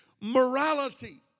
morality